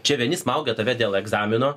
čia vieni smaugia tave dėl egzamino